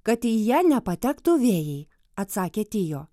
kad į ją nepatektų vėjai atsakė tio